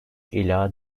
ila